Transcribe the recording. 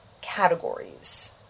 categories